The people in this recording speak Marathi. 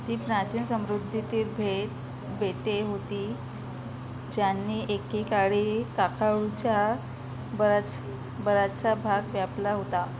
ती प्राचीन समृद्धीतील भेट बेटे होती ज्यांनी एकेकाळी काकाडूच्या बराच बराचसा भाग व्यापला होता